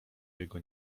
jego